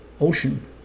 Ocean